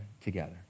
together